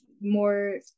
more